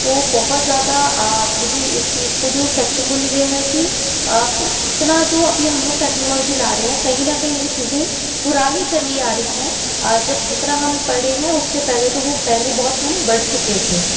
तो बहुत ज़्यादा मुझे इस चीज़ को जो शेक्ष मूल यह है कि आप इतना जो अभी हम लोग टेक्नॉलोजी ला रहे हैं कहीं न कहीं वह चीज़ें पुरानी चली आ रही है जब जितना हम पढ़े हैं उससे पहले तो वह पहले बहुत हम बढ़ चुके थे